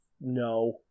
no